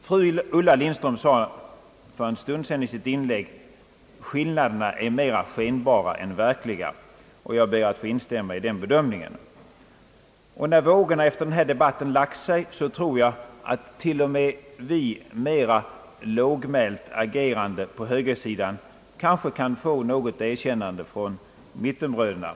Fru Lindström sade sammanfattande för en stund sedan i sitt inlägg att skillnaderna är mera skenbara än verkliga, och jag ber att få instämma i den bedömningen. När vågorna efter den här debatten lagt sig tror jag att till och med vi mera lågmält agerande på högersidan kan få något erkännande från mittenbröderna.